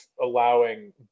allowing